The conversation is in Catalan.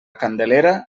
candelera